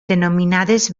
denominades